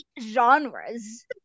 genres